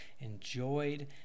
enjoyed